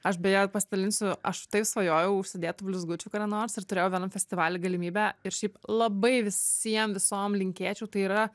aš beje pasidalinsiu aš tai svajojau užsidėt tų blizgučių kadanors ir turėjau vienam festivalį galimybę ir šiaip labai visiem visom linkėčiau tai yra